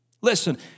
Listen